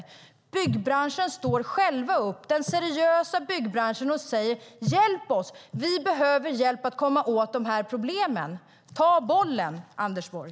Den seriösa byggbranschen står själv upp och säger: Hjälp oss! Vi behöver hjälp att komma åt de här problemen. Ta bollen, Anders Borg!